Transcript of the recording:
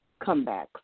comebacks